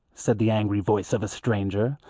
said the angry voice of a stranger,